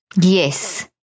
Yes